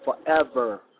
forever